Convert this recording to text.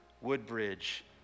Woodbridge